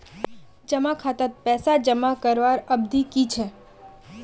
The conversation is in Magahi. जमा खातात पैसा जमा करवार अवधि की छे?